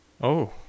Oh